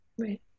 Right